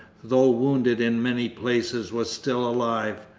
though wounded in many places was still alive.